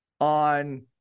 on